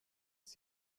ist